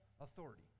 authority